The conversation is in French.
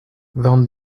vingt